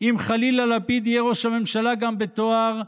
אם חלילה לפיד יהיה ראש הממשלה גם בתואר,